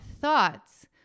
thoughts